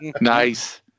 Nice